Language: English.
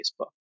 Facebook